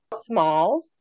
Small